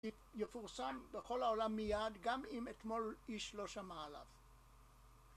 יפורסם בכל העולם מיד גם אם אתמול איש לא שמע עליו